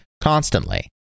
constantly